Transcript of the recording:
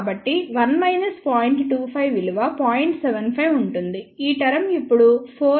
75 ఉంటుంది ఈ టర్మ్ ఇప్పుడు 4 బై 3 కి సమానంగా ఉంటుంది